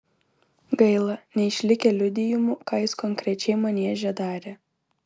gaila neišlikę liudijimų ką jis konkrečiai manieže darė